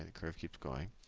and curve keeps going.